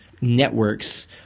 networks